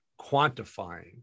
quantifying